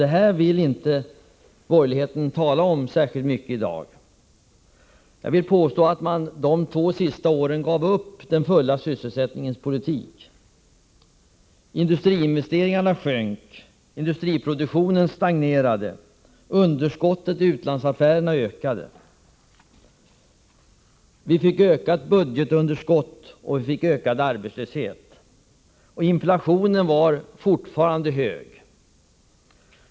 Det här vill borgerligheten inte tala särskilt mycket om i dag. Jag vill påstå att man dessa båda år gav upp den fulla sysselsättningens politik. Industriinvesteringarna sjönk, industriproduktionen stagnerade, och underskottet i utlandsaffärerna ökade. Vi fick ett ökat budgetunderskott, och vi fick ökad arbetslöshet. Inflationen var fortfarande hög.